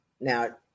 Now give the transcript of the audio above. Now